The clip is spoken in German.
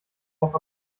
auch